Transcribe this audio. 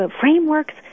frameworks